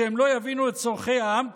שהם לא יבינו את צורכי העם כמונו?